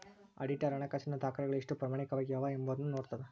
auditor ಹಣಕಾಸಿನ ದಾಖಲೆಗಳು ಎಷ್ಟು ಪ್ರಾಮಾಣಿಕವಾಗಿ ಅವ ಎಂಬೊದನ್ನ ನೋಡ್ತದ